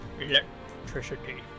electricity